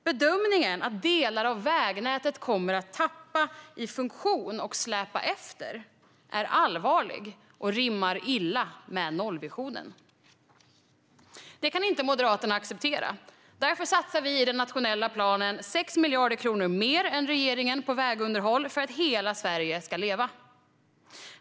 Bedömningen att delar av vägnätet kommer att tappa i funktion och släpa efter är allvarlig och rimmar illa med nollvisionen. Detta kan inte Moderaterna acceptera. Därför satsar vi i den nationella planen 6 miljarder kronor mer än regeringen på vägunderhåll för att hela Sverige ska leva.